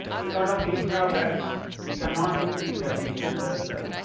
because of these drawbacks, we cannot use these definitions as the